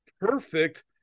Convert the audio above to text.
perfect